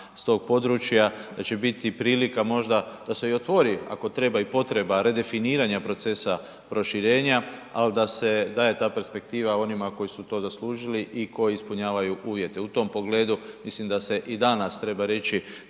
s tog područja, da će biti prilika možda da se otvori ako treba i potreba redefiniranja procesa proširenja, ali da je ta perspektiva onima koji su to zaslužili i koji ispunjavaju uvjete. U tom pogledu mislim da se i danas treba reći